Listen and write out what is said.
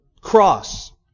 cross